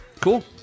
cool